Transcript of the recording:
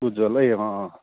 उज्जवललाई ए अँ अँ